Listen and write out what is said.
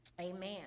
amen